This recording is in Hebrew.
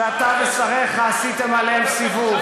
שאתה ושריך עשיתם עליהם סיבוב,